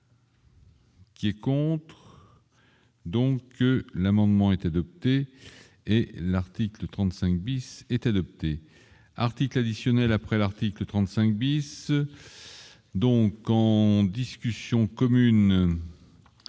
Qui est contre. Donc l'amendement était adopté et l'article 35 bis était le thé article additionnel après l'article 35 bis. Donc quand discussion commune